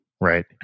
right